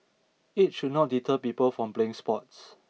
age should not deter people from playing sports